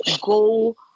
go